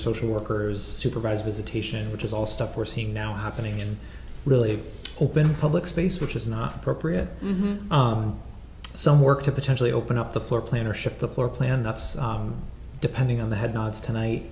social workers supervised visitation which is all stuff we're seeing now happening to really open public space which is not appropriate some work to potentially open up the floor plan or shift the floor plan that's depending on the head nods to night